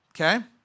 Okay